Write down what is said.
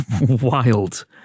wild